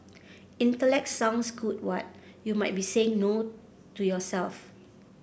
intellect sounds good what you might be saying no to yourself